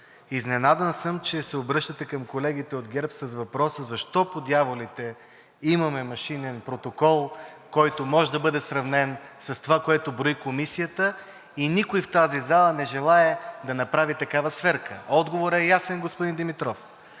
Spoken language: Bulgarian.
Изненадан съм, че се обръщате към колегите от ГЕРБ с въпроса – защо, по дяволите, имаме машинен протокол, който може да бъде сравнен с това, което брои комисията и никой в тази зала не желае да направи такава сверка. Отговорът е ясен, господин Димитров